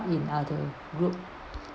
in other group